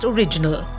Original